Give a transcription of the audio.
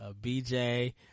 BJ